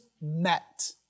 met